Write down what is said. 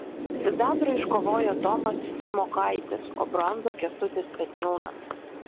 sidabrą iškovojo tomas simokaitis o bronzą kęstutis petniūnas